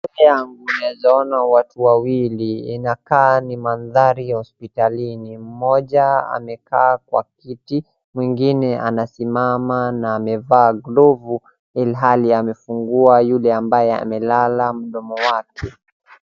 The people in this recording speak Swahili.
Mbele yangu naeza ona watu wawili, inakaa ni mandhari ya hospitalini. Mmoja amekaa kwa kiti, mwingine anasimama na amevaa glovu ilhali anafungua yule ambaye amelala mdomo wake.